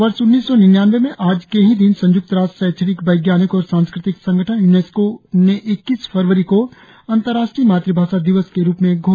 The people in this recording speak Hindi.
वर्ष उन्नीस सौ निन्यानबे में आज के ही दिन संय्क्त राष्ट्र शैक्षणिक वैज्ञानिक और सांस्कृतिक संगठन यूनेस्को ने इक्कीस फरवरी को अंतरराष्ट्रीय मातृभाषा दिवस के रूप में घोषित किया था